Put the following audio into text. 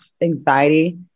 anxiety